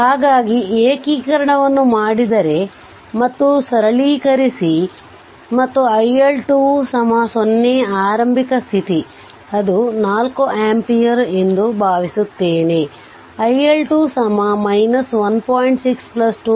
ಹಾಗಾಗಿ ಏಕೀಕರಣವನ್ನು ಮಾಡಿದರೆ ಮತ್ತು ಸರಳೀಕರಿಸಿ ಮತ್ತು iL2 0 ಆರಂಭಿಕ ಸ್ಥಿತಿ ಅದು 4 ಆಂಪಿಯರ್ ಎಂದು ಭಾವಿಸುತ್ತೇನೆ iL2 1